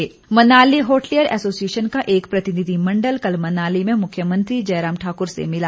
प्रतिनिधिमंडल Manali hotelier association का एक प्रतिनिधिमंडल कल मनाली में मुख्यमंत्री जयराम ठाकुर से मिला